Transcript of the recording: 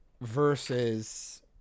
versus